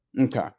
Okay